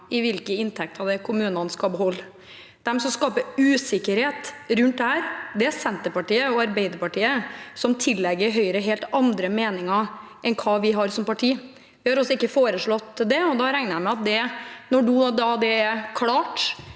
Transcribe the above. i hvilke inntekter kommunene skal beholde. De som skaper usikkerhet rundt dette, er Senterpartiet og Arbeiderpartiet, som tillegger Høyre helt andre meninger enn hva vi har som parti. Vi har heller ikke foreslått det. Nå når det er klart,